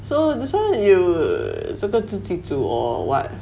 so this one 这个自己煮 or what